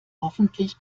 hoffentlich